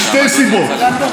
משתי סיבות.